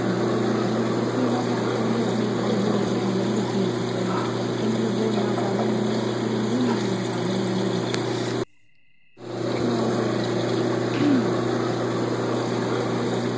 बोलने बी हैन ओह्कियां भाशा हैन उनें गी अस नेईं खाल्ली बोली गै सकने पर लिखी निं सकने हैन एह् मतलब बोलने दा साधन निं ऐ पर लिखने दा साधन बी ऐ होर